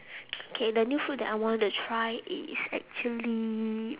K the new food that I want to try is actually